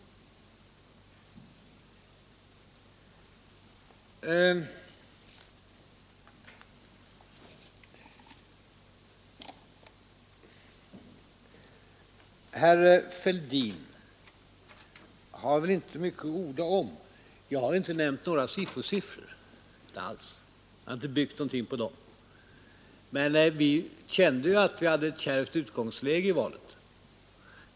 Vad herr Fälldin sade är sedan inte mycket att orda om. Jag har inte nämnt några SIFO-siffror, och jag har inte byggt någonting på dem. Men vi kände att vi hade ett kärvt utgångsläge i valet.